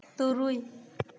ᱛᱩᱨᱩᱭ